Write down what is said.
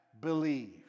believe